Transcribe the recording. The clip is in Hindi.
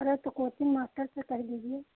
अरे तो कोचिंग मास्टर से कह दीजिए